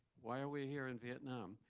why are we here in vietnam?